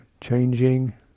changing